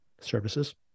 services